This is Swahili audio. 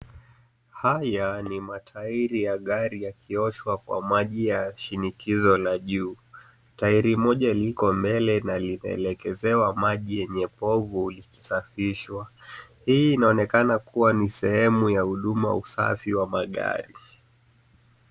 Haya ni matairi ya gari yakioshwa kwa maji ya shinikizo la juu. Tairi moja liko mbele na linaelekezewa maji yenye povu likisafishwa. Hii inaonekana kuwa ni sehemu ya huduma usafi wa magari.